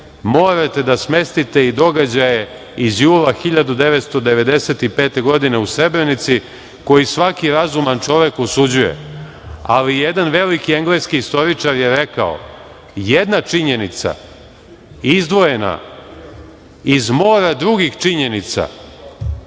morate da smestite i događaje iz jula 1995. godine u Srebrenici koje svaki razuman čovek osuđuje, ali jedan veliki engleski istoričar je rekao – jedna činjenica izdvojena iz mora drugih činjenica